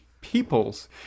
Peoples